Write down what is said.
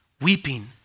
weeping